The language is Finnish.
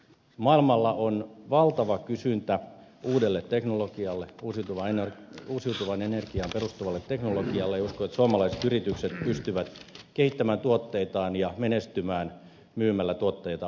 maailmalla on valtava kysyntä uudelle teknologialle uusiutuvaan energiaan perustuvalle teknologialle ja uskon että suomalaiset yritykset pystyvät kehittämään tuotteitaan ja menestymään myymällätuotteita